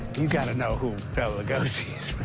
you got to know who bela lugosi is.